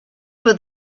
for